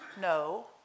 no